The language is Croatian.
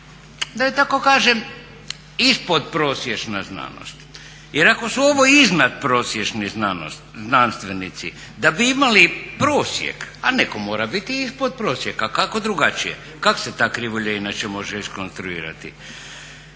ova da tako kažem ispodprosječna znanost. Jer ako su ovo iznadprosječni da bi imali prosjek, a netko mora biti ispod prosjeka, kako drugačije. Kak se ta krivulja inače može iskonstruirati?